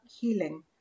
healing